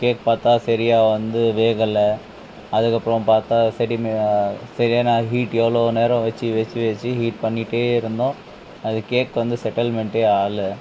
cake பார்த்தா சரியா வந்து வேகலை அதுக்கு அப்புறம் பார்த்தா செடிமையா சரியான ஹீட்டில் எவ்வளோ நேரம் வெச்சு வெச்சு வெச்சு ஹீட் பண்ணிகிட்டேருந்தோம் அந்த கேக் வந்து செட்டில்மெண்ட்டே ஆகல